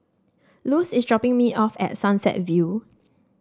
Luz is dropping me off at Sunset View